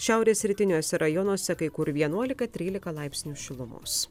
šiaurės rytiniuose rajonuose kai kur vienuolika trylika laipsnių šilumos